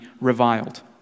reviled